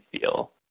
feel